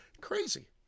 Crazy